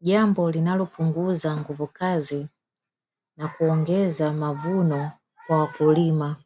jambo linalopunguza nguvukazi na kuongeza mavuno kwa wakulima.